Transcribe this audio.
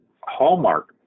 hallmark